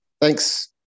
Thanks